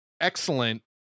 excellent